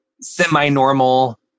semi-normal